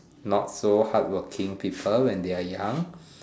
not so hardworking people when they are young